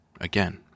again